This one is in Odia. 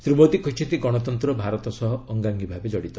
ଶ୍ରୀ ମୋଦୀ କହିଛନ୍ତି ଗଣତନ୍ତ୍ର ଭାରତ ସହ ଅଙ୍ଗାଙ୍ଗୀଭାବେ ଜଡ଼ିତ